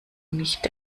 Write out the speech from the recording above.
nicht